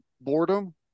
boredom